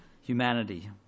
humanity